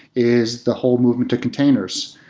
is the whole movement to containers.